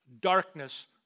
darkness